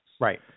Right